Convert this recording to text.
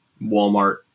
Walmart